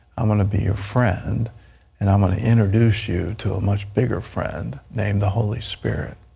i'm going to be your friend and i'm going to introduce you to a much bigger friend, named the holy spirit.